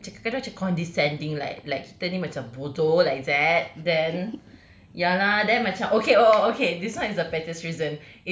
macam kita cakap macam condescending like like kita ni macam bodoh like that then ya lah then macam okay oh oh okay this [one] is the pettiest reason